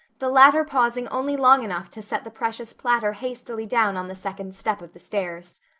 the latter pausing only long enough to set the precious platter hastily down on the second step of the stairs.